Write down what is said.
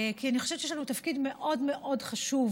כי אני חושבת שיש לנו תפקיד מאוד מאוד חשוב,